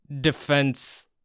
defense